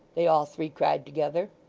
they all three cried together.